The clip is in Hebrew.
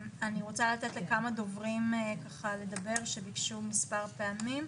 אני רוצה לתת לכמה דוברים שביקשו מספר פעמים לדבר,